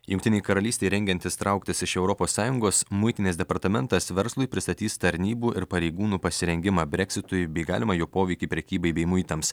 jungtinei karalystei rengiantis trauktis iš europos sąjungos muitinės departamentas verslui pristatys tarnybų ir pareigūnų pasirengimą breksitui bei galimą jo poveikį prekybai bei muitams